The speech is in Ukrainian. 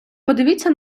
подивіться